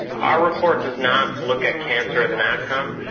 our report does not look at cancer as an outcome.